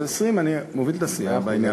זה 20. אני מוביל את הסיעה בעניין הזה.